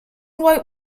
white